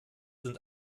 sind